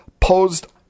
posed